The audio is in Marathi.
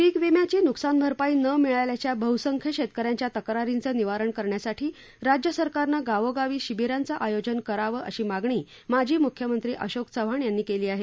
पीक विम्याची नुकसान भरपाई न मिळाल्याच्या बहुसंख्य शैतकऱ्यांच्या तक्रारींचे निवारण करण्यासाठी राज्य सरकारनं गावोगावी शिबिरांचे आयोजन करावं अशी मागणी माजी मुख्यमंत्री अशोक चव्हाण यांनी केली आहे